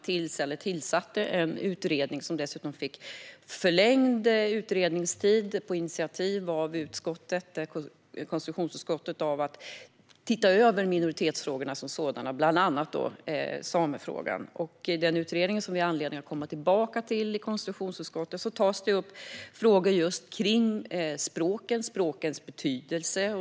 Regeringen tillsatte en utredning, som dessutom fick förlängd utredningstid på initiativ av konstitutionsutskottet, för att se över minoritetsfrågorna - bland annat samefrågan. I denna utredning, som vi har anledning att återkomma till i konstitutionsutskottet, tas det upp frågor som rör språk och språkens betydelse.